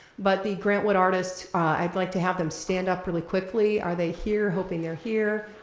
but the grant wood artists, i'd like to have them stand up really quickly. are they here? hoping they're here.